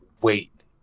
wait